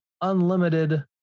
unlimited